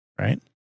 Right